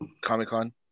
Comic-Con